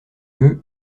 eux